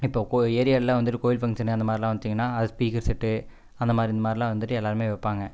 இப்போ கொ ஏரியாவில் வந்துட்டு கோயில் ஃபங்க்ஷன் அந்தமாதிரிலாம் வந்துட்டீங்கன்னால் அதுக்கு ஸ்பீக்கர் செட்டு அந்த மாதிரி இந்தமாதிரிலாம் வந்துட்டு எல்லாருமே வைப்பாங்க